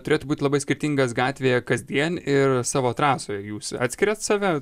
turėtų būt labai skirtingas gatvėje kasdien ir savo trasoje jūs atskiriat save